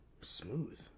smooth